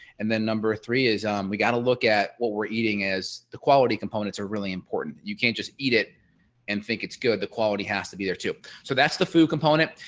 and then number three is we got to look at what we're eating as the quality components are really important. you can't just eat it and think it's good the quality has to be there too. so that's the food component.